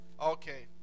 okay